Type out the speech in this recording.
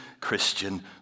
Christian